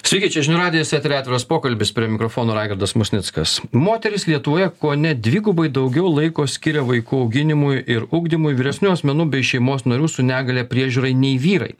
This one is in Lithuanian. sveiki čia žinių radijas eteryje atviras pokalbis prie mikrofono raigardas musnickas moterys lietuvoje kone dvigubai daugiau laiko skiria vaikų auginimui ir ugdymui vyresnių asmenų bei šeimos narių su negalia priežiūrai nei vyrai